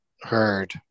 heard